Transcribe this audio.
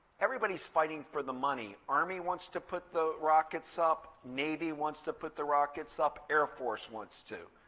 everybody's fighting for the money. army wants to put the rockets up. navy wants to put the rockets up. air force wants to.